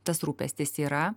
tas rūpestis yra